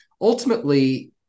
ultimately